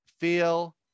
feel